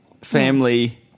Family